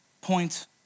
point